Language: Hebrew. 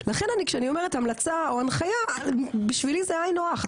לכן אני כשאני אומרת המלצה או הנחיה בשבילי זה היינו הך,